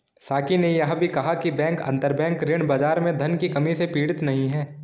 साकी ने यह भी कहा कि बैंक अंतरबैंक ऋण बाजार में धन की कमी से पीड़ित नहीं हैं